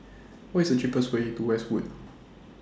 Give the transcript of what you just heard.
What IS The cheapest Way to Westwood